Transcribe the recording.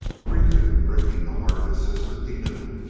grief had been breaking the heart of his sister, he knew.